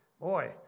Boy